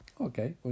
Okay